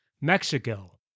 Mexico